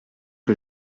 que